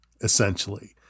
essentially